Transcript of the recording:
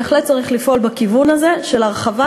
בהחלט צריך לפעול בכיוון הזה של הרחבת